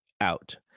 out